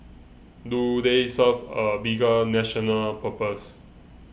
do they serve a bigger national purpose